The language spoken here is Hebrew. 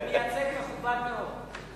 הוא מייצג מכובד מאוד.